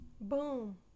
Boom